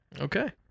Okay